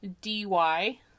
DY